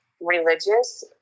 religious